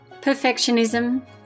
Perfectionism